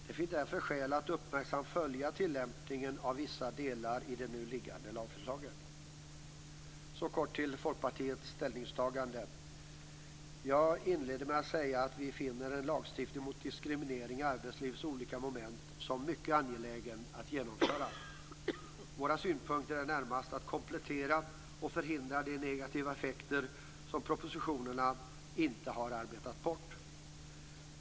Det finns därför skäl att uppmärksamt följa tillämpningen av vissa delar i det nu liggande lagförslaget. Så till Folkpartiets ställningstagande. Jag inleder med att säga att vi finner en lagstiftning mot diskriminering i arbetslivets olika moment som mycket angelägen att genomföra. Våra synpunkter går närmast ut på att komplettera och förhindra de negativa effekter som i propositionerna inte har arbetats bort.